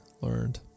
learned